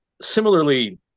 Similarly